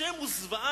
השם הוא זוועה.